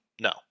No